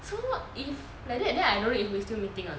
so if like that then I don't know if we still meeting or not